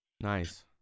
nice